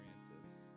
experiences